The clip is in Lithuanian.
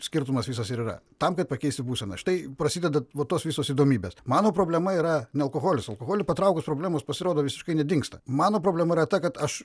skirtumas visas ir yra tam kad pakeisti būseną štai prasideda va tos visos įdomybės mano problema yra ne alkoholis alkoholį patraukus problemos pasirodo visiškai nedingsta mano problema yra ta kad aš